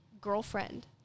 girlfriend